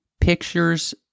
pictures